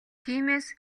тиймээс